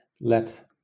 let